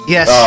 Yes